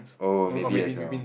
oh maybe as well